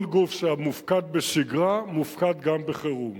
כל גוף שמופקד בשגרה מופקד גם בחירום.